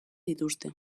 dituzte